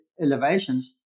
elevations